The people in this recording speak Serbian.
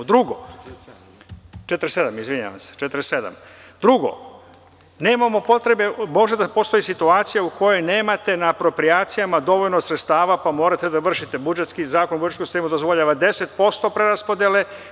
Drugo, nemamo potrebe, može da postoji situacija u kojoj nemate na aproprijacijama dovoljno sredstava, pa morate da vršite, budžetski zakon dozvoljava 10% preraspodele.